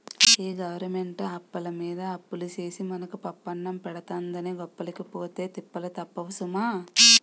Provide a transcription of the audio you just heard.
ఈ గవరమెంటు అప్పులమీద అప్పులు సేసి మనకు పప్పన్నం పెడతందని గొప్పలకి పోతే తిప్పలు తప్పవు సుమా